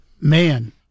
Man